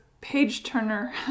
page-turner